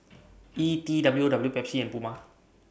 E T W O W Pepsi and Puma